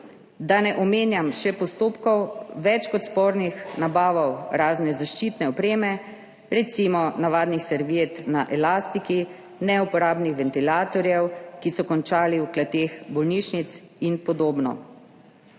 Da ne omenjam še postopkov več kot spornih nabav razne zaščitne opreme, recimo navadnih serviet na elastiki, neuporabnih ventilatorjev, ki so končali v kleteh bolnišnic, in podobno.